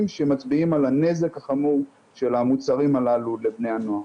שמצביעים על הנזק החמור של המוצרים הללו לבני הנוער.